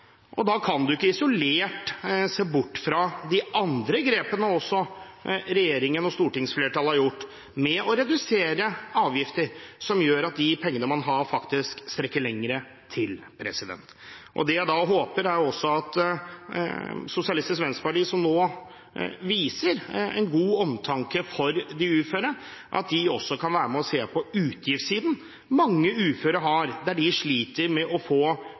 se bort fra de andre grepene som regjeringen og stortingsflertallet har gjort, med å redusere avgifter, som gjør at de pengene man har, faktisk strekker til lenger. Det jeg da håper, er at Sosialistisk Venstreparti, som nå viser en god omtanke for de uføre, også kan være med og se på utgiftssiden – mange uføre sliter med å få